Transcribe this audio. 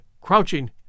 crouching